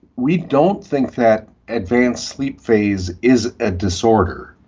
we don't think that advanced sleep phase is a disorder.